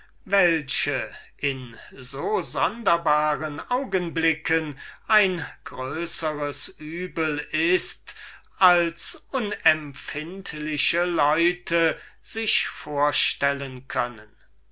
welche in so sonderbaren augenblicken ein größeres übel ist als die unempfindlichen leute sich vorstellen können